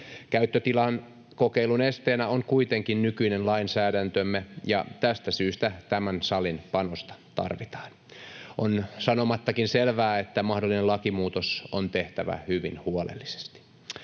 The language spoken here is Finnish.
Käyttötilan kokeilun esteenä on kuitenkin nykyinen lainsäädäntömme, ja tästä syystä tämän salin panosta tarvitaan. On sanomattakin selvää, että mahdollinen lakimuutos on tehtävä hyvin huolellisesti.